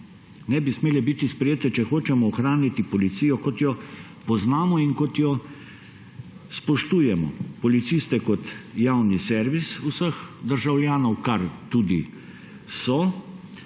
Ne bi smele biti sprejete, če hočemo ohraniti policijo, kot jo poznamo in kot jo spoštujemo – policiste kot javni servis vseh državljanov, kar tudi so,